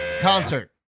concert